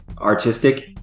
artistic